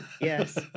Yes